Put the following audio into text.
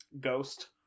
ghost